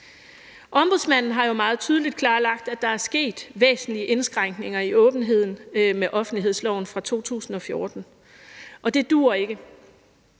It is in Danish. Ombudsmanden har jo meget tydeligt klarlagt, at der er sket væsentlige indskrænkninger i åbenheden med offentlighedsloven fra 2014, og det duer ikke.